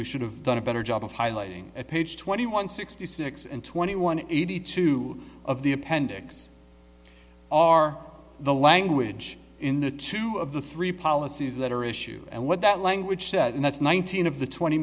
we should have done a better job of highlighting at page twenty one sixty six and twenty one eighty two of the appendix are the language in the two of the three policies that are issued and what that language says and that's nineteen of the twenty